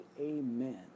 amen